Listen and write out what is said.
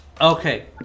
Okay